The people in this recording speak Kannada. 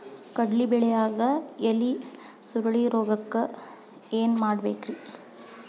ಕಡ್ಲಿ ಬೆಳಿಯಾಗ ಎಲಿ ಸುರುಳಿರೋಗಕ್ಕ ಏನ್ ಮಾಡಬೇಕ್ರಿ?